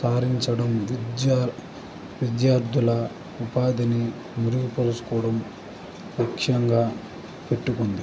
గావించడం విద్య విద్యార్థుల ఉపాధిని మెరుగుపరుచుకోవడం ముఖ్యంగా పెట్టుకుంది